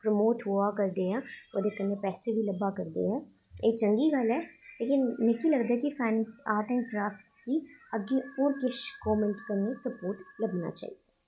promote होआ करदे आं ओह्दे कन्नै पैसे बी लब्भा करदे ऐ ते एह् चंगी गल्ल ऐ मिगी लगदा ऐ कि आर्ट एंड क्राफ्ट गी अग्गैं होर किश गौरमेंट कन्नै स्पोर्ट लब्भना चाहिदा